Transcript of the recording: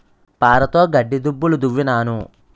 పారతోగడ్డి దుబ్బులు దవ్వినాను